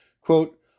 Quote